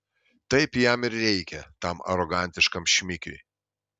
taip jam ir reikia tam arogantiškam šmikiui